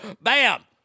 bam